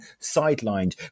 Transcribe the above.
sidelined